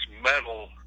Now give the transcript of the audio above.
metal